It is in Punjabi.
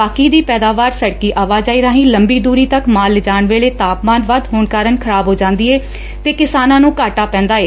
ਬਾਕੀ ਦੀ ਪੈਦਾਵਾਰ ਸੜਕੀ ਆਵਾਜਾਈ ਰਾਹੀਂ ਲੰਬੀ ਦੁਰੀ ਤੱਕ ਮਾਲ ਲਿਜਾਣ ਵੇਲੇ ਤਾਪਮਾਨ ਵੱਧ ਹੋਣ ਕਾਰਨ ਖਰਾਬ ਹੋ ਜਾਂਦੀ ਏ ਤੇ ਕਿਸਾਨਾਂ ਨੂੰ ਘਾਟਾ ਪੈਂਦਾ ਏ